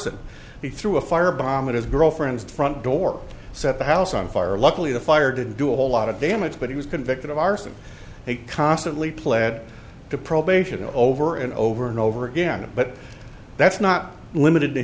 son he threw a firebomb at his girlfriend's front door set the house on fire luckily the fire didn't do a whole lot of damage but he was convicted of arson he constantly pled to probation over and over and over again but that's not limited to